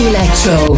Electro